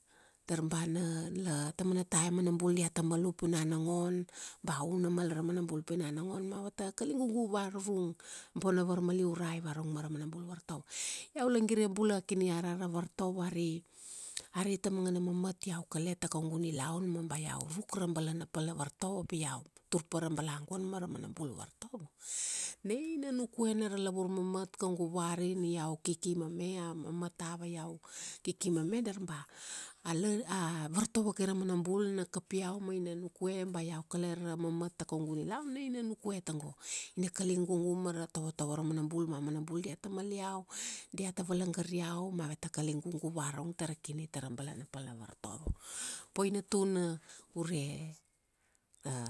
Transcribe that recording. dar ba na la, tamana taim mana bul diata mal u puna nongon, ba una mal ra mana bul puna nongon ma avata kaligugu varurung. Bona varmaliurai varurung ma ra ma na bul vartovo. Iau la gire bula a kini rara ra vartovo ari, ari ta managana mamat iau kale ta kaugu nilaun, ma ba iau ruk ra balana pal na vartovo pi iau tur pa ra balaguan mara mana bul vartovo, na ina nukue na ra lavur mamat, kaugu vari ni iau kiki mame. A mamat ava iau, kiki mame, dar ba a la, a vartovo kai ra mana bul na kap iau ma ina nukue ba iau kale ra mamat ta kaugu nilaun, na ina nukue tago, ina kaligugu mara tovotovo ra manabul ma manabul diata mal iau, diata valagar iau ma aveta kaligugu varurung tara kini tara balana pal na vartovo. Boina tuna ure ra